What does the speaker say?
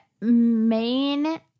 main